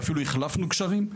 אפילו החלפנו גשרים.